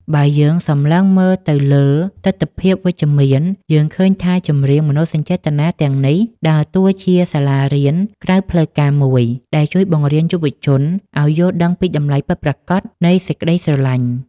បើយើងសម្លឹងមើលទៅលើទិដ្ឋភាពវិជ្ជមាន យើងឃើញថាចម្រៀងមនោសញ្ចេតនាទាំងនេះ ដើរតួជាសាលារៀនក្រៅផ្លូវការមួយដែលជួយបង្រៀនយុវជនឱ្យយល់ដឹងពីតម្លៃពិតប្រាកដនៃសេចក្ដីស្រឡាញ់។